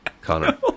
Connor